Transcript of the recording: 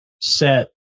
set